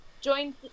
join